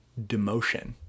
demotion